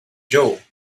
joe